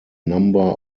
number